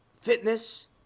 fitness